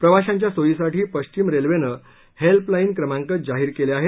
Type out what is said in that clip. प्रवाशांच्या सोयीसाठी पश्चिम रेल्वेनं हेल्पलाईन क्रमांक जाहीर केले आहेत